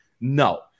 No